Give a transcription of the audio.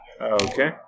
Okay